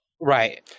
right